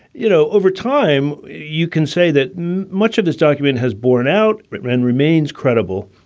you know, over time, you can say that much of this document has borne out and remains credible.